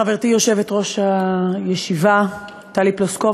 חברתי יושבת-ראש הישיבה טלי פלוסקוב,